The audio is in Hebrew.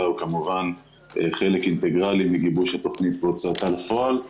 הוא כמובן חלק אינטגרלי מגיבוש התוכנית והוצאתה לפועל,